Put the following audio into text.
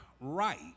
right